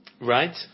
Right